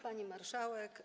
Pani Marszałek!